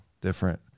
different